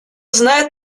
знает